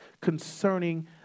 concerning